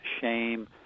shame